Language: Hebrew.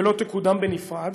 ולא תקודם בנפרד,